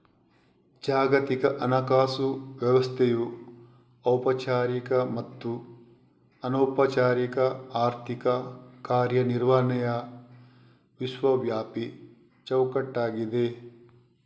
ಜಾಗತಿಕ ಹಣಕಾಸು ವ್ಯವಸ್ಥೆಯು ಔಪಚಾರಿಕ ಮತ್ತು ಅನೌಪಚಾರಿಕ ಆರ್ಥಿಕ ಕಾರ್ಯ ನಿರ್ವಹಣೆಯ ವಿಶ್ವವ್ಯಾಪಿ ಚೌಕಟ್ಟಾಗಿದೆ